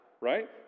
right